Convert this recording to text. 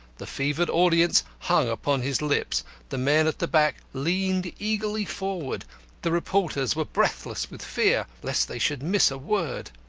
the fevered audience hung upon his lips the men at the back leaned eagerly forward the reporters were breathless with fear lest they should miss a word.